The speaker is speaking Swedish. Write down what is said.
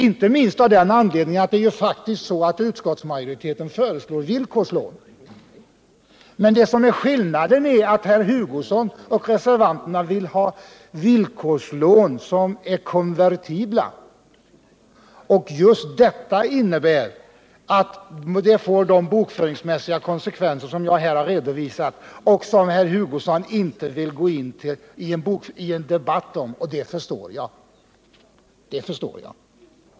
— inte minst av den anledningen att utskottsmajoriteten faktiskt föreslår villkorslån. Men skillnaden är att herr Hugosson och reservanterna vill ha villkorslån som är konvertibla. Just detta innebär att det blir bokföringsmässiga konsekvenser, som jag här har redovisat och som herr Hugosson inte vill gå in i en debatt om, och det förstår jag.